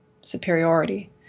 superiority